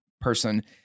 person